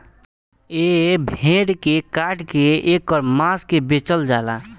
ए भेड़ के काट के ऐकर मांस के बेचल जाला